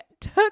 took